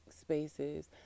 spaces